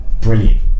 brilliant